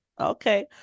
Okay